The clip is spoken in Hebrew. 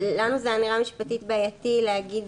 לנו זה היה נראה משפטית בעייתי להגיד